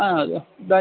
हा अतः